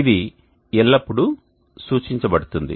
ఇది ఎల్లప్పుడూ సూచించబడుతుంది